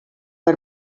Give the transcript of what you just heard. per